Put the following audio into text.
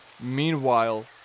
Meanwhile